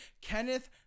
Kenneth